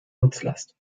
nutzlast